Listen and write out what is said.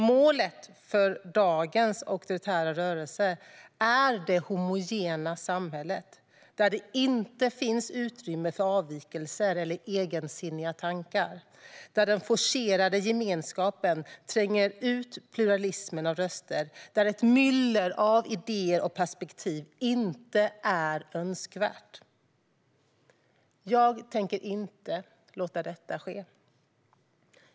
Målet för dagens auktoritära rörelser är det homogena samhället, där det inte finns utrymme för avvikelser eller egensinniga tankar, där den forcerade gemenskapen tränger ut pluralismen av röster, där ett myller av idéer och perspektiv inte är önskvärt. Jag tänker inte låta detta ske.